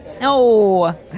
No